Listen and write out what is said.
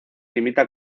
limita